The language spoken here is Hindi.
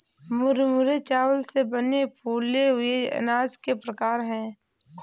मुरमुरे चावल से बने फूले हुए अनाज के प्रकार है